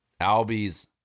Albies